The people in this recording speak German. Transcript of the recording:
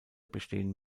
bestehen